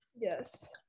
Yes